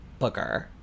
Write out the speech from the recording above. booger